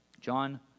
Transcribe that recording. John